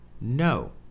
no